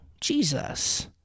Jesus